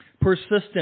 Persistent